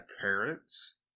parents